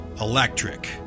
electric